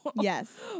Yes